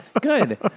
good